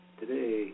today